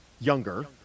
younger